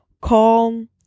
calm